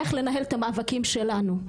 איך לנהל את המאבקים שלנו,